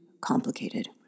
complicated